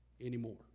anymore